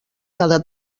cada